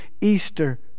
Easter